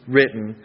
written